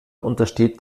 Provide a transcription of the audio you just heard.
untersteht